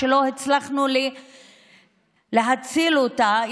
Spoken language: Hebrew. שלא הצלחנו להציל אותה,